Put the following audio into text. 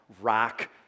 rock